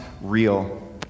real